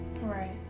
right